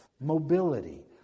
mobility